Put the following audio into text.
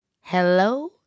Hello